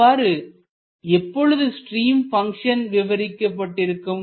அவ்வாறு எப்பொழுது stream function விவரிக்கப்பட்டிருக்கும்